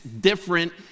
different